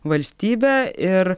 valstybę ir